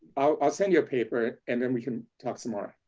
i'll send you a paper and then we can talk some more.